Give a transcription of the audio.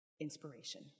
inspiration